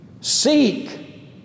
Seek